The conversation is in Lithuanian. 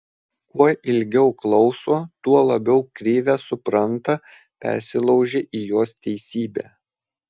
kuo ilgiau klauso tuo labiau krivę supranta persilaužia į jos teisybę